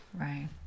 Right